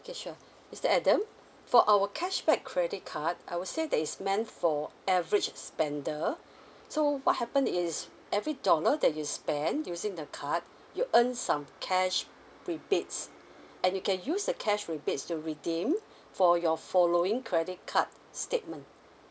K sure mister adam for our cashback credit card I would say that is meant for average spender so what happened is every dollar that you spent using the card you earn some cash rebates and you can use the cash rebates to redeem for your following credit card statement